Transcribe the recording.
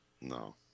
No